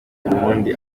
ubundi